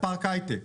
לפארק ההייטק.